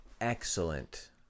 excellent